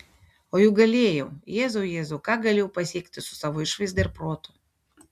o juk galėjau jėzau jėzau ką galėjau pasiekti su savo išvaizda ir protu